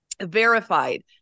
verified